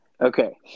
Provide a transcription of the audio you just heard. Okay